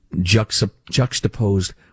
juxtaposed